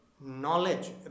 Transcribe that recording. knowledge